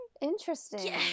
Interesting